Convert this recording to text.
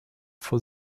for